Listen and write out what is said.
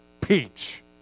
peach